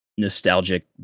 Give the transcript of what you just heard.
Nostalgic